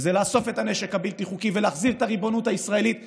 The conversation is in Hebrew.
וזה לאסוף את הנשק הבלתי-חוקי ולהחזיר את הריבונות הישראלית בנגב,